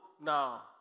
now